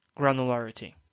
granularity